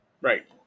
Right